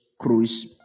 cruise